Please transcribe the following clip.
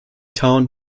town